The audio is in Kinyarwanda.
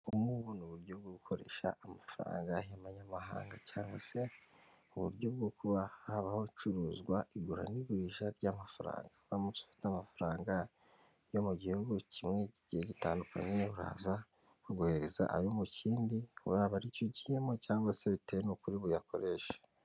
umwe ubu uburyo bwo gukoresha amafarangahemayamahanga cyangwa se ku buryo bwo habaho icuruzwa igura n'igurisha ry'amafaranga uramutse ufite amafaranga yo mu gihugu kimwe kigiye gitandukanye uraza kubwohereza ayo mu kindi waba aricyogiyemo cyangwa se bitewe n'kuri buyakoreshe